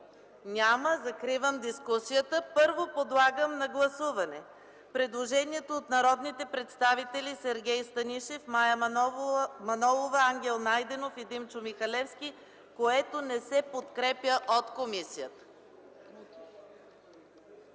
Няма. Закривам дискусията. Първо подлагам на гласуване предложението от народните представители Сергей Станишев, Мая Манолова, Ангел Найденов и Димчо Михалевски, което не се подкрепя от комисията.